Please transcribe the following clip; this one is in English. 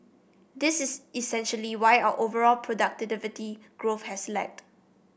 this is essentially why our overall productivity growth has lagged